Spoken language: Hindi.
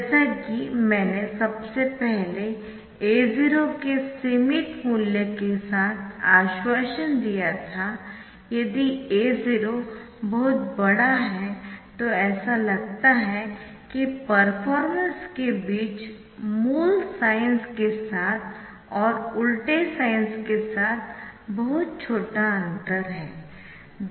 जैसा कि मैंने सबसे पहले A0 के सीमित मूल्य के साथ आश्वासन दिया था यदि A0 बहुत बड़ा है तो ऐसा लगता है कि परफॉरमेंस के बीच मूल साइन्स के साथ और उलटे साइन्स के साथ बहुत छोटा अंतर है